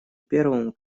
первому